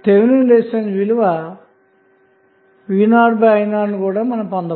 R th విలువ vo io ను పొందవచ్చు